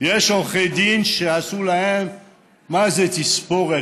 יש עורכי דין שעשו להם מה זה תספורת,